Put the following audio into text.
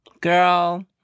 Girl